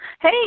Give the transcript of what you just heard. Hey